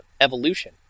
evolution